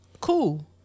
Cool